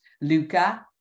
Luca